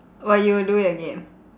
but you will do it again